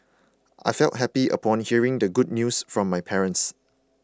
I felt happy upon hearing the good news from my parents